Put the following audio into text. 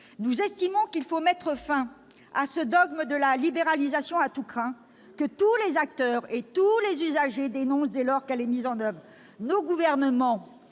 nous estimons qu'il faut mettre fin à ce dogme de la libéralisation à tout crin, que tous les acteurs et tous les usagers dénoncent dès lors qu'elle est mise en oeuvre. Nos gouvernements